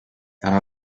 ära